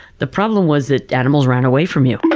the problem was that animals ran away from you